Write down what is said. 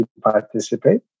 participate